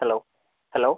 hello hello